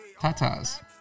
tatas